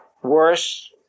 Worse